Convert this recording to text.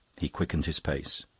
he quickened his pace.